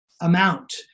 amount